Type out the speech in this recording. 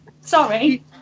sorry